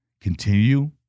Continue